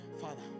Father